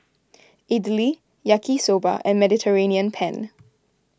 Idili Yaki Soba and Mediterranean Penne